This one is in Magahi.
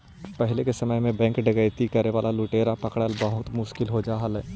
पहिले के समय में बैंक पर डकैती करे वाला लुटेरा के पकड़ला बहुत मुश्किल हो जा हलइ